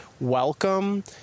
welcome